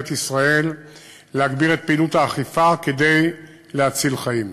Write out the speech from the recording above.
ישראל להגביר את פעילות האכיפה כדי להציל חיים.